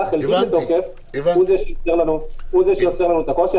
החלקית לתוקף הוא זה שיוצר לנו את הקושי.